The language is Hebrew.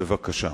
בבקשה.